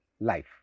life